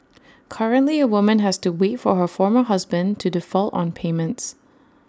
currently A woman has to wait for her former husband to default on payments